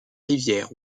rivière